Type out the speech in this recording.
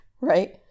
right